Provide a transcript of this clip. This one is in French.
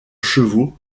chevaux